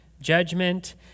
judgment